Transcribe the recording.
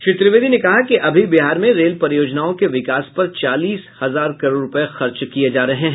श्री त्रिवेदी ने कहा कि अभी बिहार में रेल परियोजनाओं के विकास पर चालीस हजार करोड़ रूपये खर्च किये जा रहे हैं